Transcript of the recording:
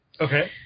Okay